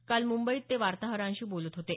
काल मुंबईत ते वार्ताहरांशी बोलत होते